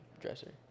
Dresser